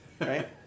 right